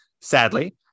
sadly